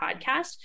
podcast